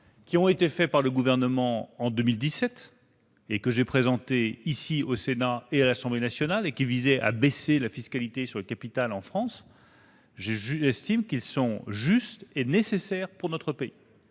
fiscaux faits par le Gouvernement en 2017, que j'ai présentés ici au Sénat et à l'Assemblée nationale, et qui visaient à diminuer la fiscalité sur le capital en France, sont justes et nécessaires pour notre pays.